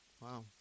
Wow